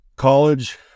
college